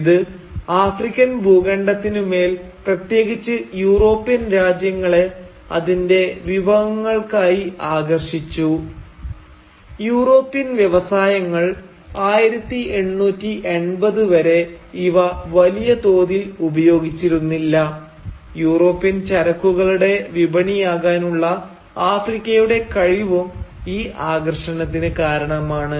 ഇത് ആഫ്രിക്കൻ ഭൂഖണ്ഡത്തിനു മേൽ പ്രത്യേകിച്ച് യൂറോപ്യൻ രാജ്യങ്ങളെ അതിന്റെ വിഭവങ്ങൾക്കായി ആകർഷിച്ചു യൂറോപ്യൻ വ്യവസായങ്ങൾ 1880 വരെ ഇവ വലിയ തോതിൽ ഉപയോഗിച്ചിരുന്നില്ല യൂറോപ്യൻ ചരക്കുകളുടെ വിപണിയാകാനുള്ള ആഫ്രിക്കയുടെ കഴിവും ഈ ആകർഷണത്തിന് കാരണമാണ്